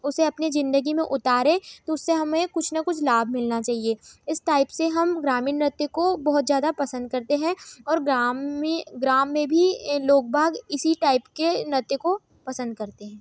उसे अपनी जिंदगी में उतारें तो उससे हमें कुछ न कुछ लाभ मिलना चहिए इस टाइप से हम ग्रामीण नृत्य को बहुत जादा पसंद करते हैं और ग्राम में ग्राम में भी लोगबाग इसी टाइप के नृत्य को पसंद करते हैं